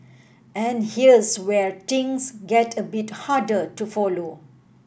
and here's where things get a bit harder to follow